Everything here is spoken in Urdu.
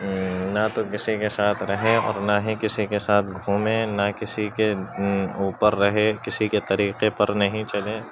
نہ تو کسی کے ساتھ رہے اور نہ ہی کسی کے ساتھ گھومے نہ کسی کے اوپر رہے کسی کے طریقے پر نہیں چلے